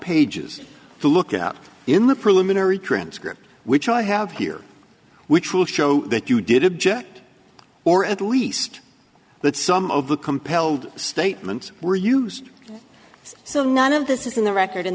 pages to look at in the preliminary transcript which i have here which will show that you did object or at least that some of the compelled statement were used so none of this is in the record and